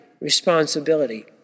responsibility